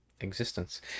existence